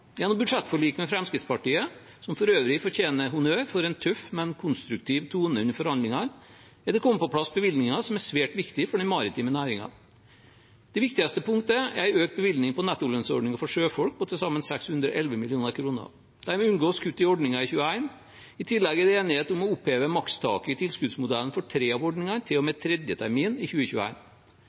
Gjennom budsjettforliket med Fremskrittspartiet, som for øvrig fortjener honnør for en tøff, men konstruktiv tone under forhandlingene, er det kommet på plass bevilgninger som er svært viktige for den maritime næringen. Det viktigste punktet er en økt bevilgning på nettolønnsordningen for sjøfolk på til sammen 611 mill. kr. Dermed unngås kutt i ordningen i 2021. I tillegg er det enighet om å oppheve makstaket i tilskuddsmodellen for tre av ordningene til og med tredje termin i